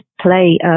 play